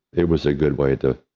it was a good way to,